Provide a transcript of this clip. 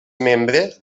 membre